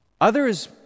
Others